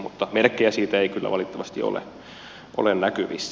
mutta merkkejä siitä ei kyllä valitettavasti ole näkyvissä